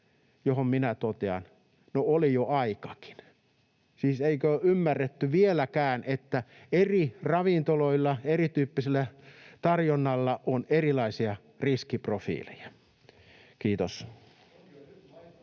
Tähän minä totean: no, oli jo aikakin. Siis eikö ole ymmärretty vieläkään, että eri ravintoloilla, erityyppisellä tarjonnalla on erilaisia riskiprofiileja? — Kiitos.